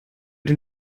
den